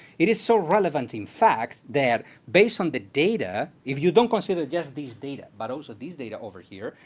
it is so relevant, in fact, they are based on the data, if you don't consider just this data, but also this data over here,